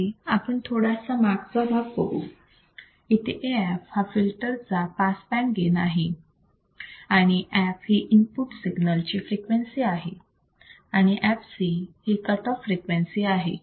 इथे आपण थोडासा मागचा भाग बघू येथे AF हा फिल्टर चा पास बँड गेन आहे f ही इनपुट सिग्नल ची फ्रिक्वेन्सी आहे आणि fc ही कट ऑफ फ्रिक्वेन्सी आहे